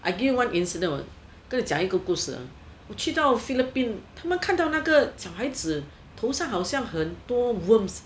I give you one incident 跟你讲一个故事啊我去到菲律宾他们看到那个小孩子头上好像很多 worms